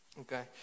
okay